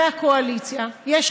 ולא רק איציק כהן,